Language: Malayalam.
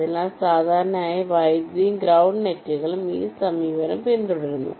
അതിനാൽ സാധാരണയായി വൈദ്യുതിയും ഗ്രൌണ്ട് നെറ്റുകളും ഈ സമീപനം പിന്തുടരുന്നു